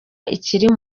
akiri